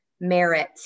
merit